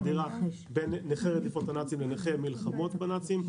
דירה בין נכי רדיפות הנאצים לנכי המלחמות בנאצים,